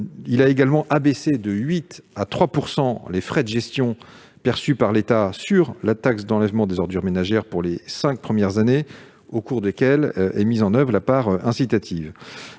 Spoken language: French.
Il a également abaissé de 8 % à 3 % les frais de gestion perçus par l'État sur la taxe d'enlèvement des ordures ménagères (TEOM) pour les cinq premières années au cours desquelles s'appliquera le mécanisme de la part incitative.